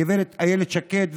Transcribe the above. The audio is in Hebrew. הגב' אילת שקד,